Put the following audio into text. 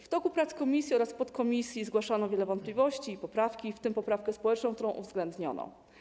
W toku prac komisji oraz podkomisji zgłaszano wiele wątpliwości i poprawki, w tym poprawkę społeczną, którą uwzględniono.